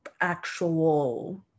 actual